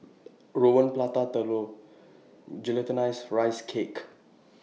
Rawon Prata Telur Glutinous Rice Cake